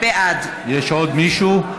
בעד יש עוד מישהו?